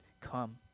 come